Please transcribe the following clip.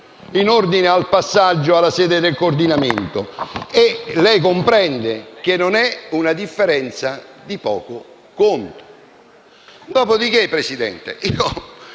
in ordine al passaggio alla sede del coordinamento. Lei comprende che non è una differenza di poco conto. E ho detto